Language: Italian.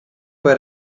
poi